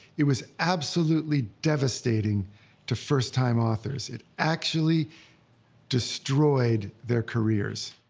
it was absolutely devastating to first-time authors. it actually destroyed their careers.